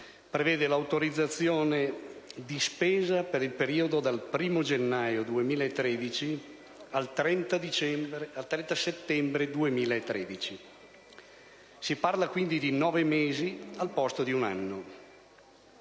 prevede l'autorizzazione di spesa per il periodo dal 1° gennaio 2013 al 30 settembre 2013. Si parla quindi di nove mesi al posto di un anno.